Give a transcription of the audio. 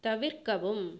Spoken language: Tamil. தவிர்க்கவும்